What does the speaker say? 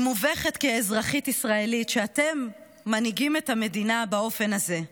אני מובכת כאזרחית ישראלית שאתם מנהיגים את המדינה באופן הזה.